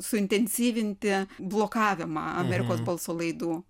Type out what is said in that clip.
suintensyvinti blokavimą amerikos balso laidų